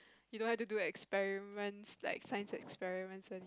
you don't have to do experiments like science experiments all th~